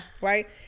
Right